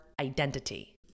identity